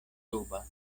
duba